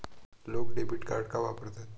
लोक debit card का वापरतात?